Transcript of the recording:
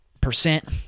percent